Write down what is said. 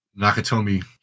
Nakatomi